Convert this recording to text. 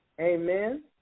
Amen